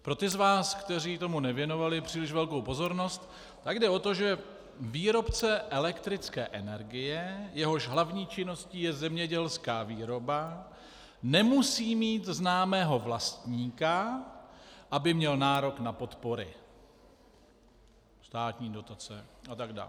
Pro ty z vás, kteří tomu nevěnovali příliš velkou pozornost, tak jde o to, že výrobce elektrické energie, jehož hlavní činností je zemědělská výroba, nemusí mít známého vlastníka, aby měl nárok na podpory, státní dotace atd.